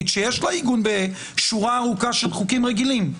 שיש לה עיגון בשורה ארוכה של חוקים רגילים,